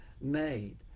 made